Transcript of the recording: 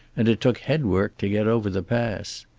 and it took headwork to get over the pass.